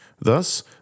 Thus